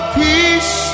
peace